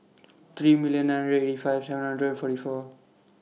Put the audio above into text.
three million nine hundred eighty five seven hundred and forty four